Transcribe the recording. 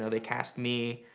ah they cast me,